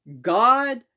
God